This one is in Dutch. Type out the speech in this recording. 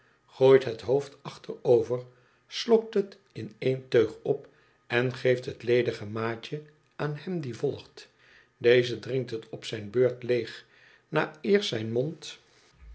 gooit het hoofd achterover slokt het in een teug op en geeft het ledige maatje aan hem die volgt deze drinkt het op zijn beurt leeg na eerst zijn mond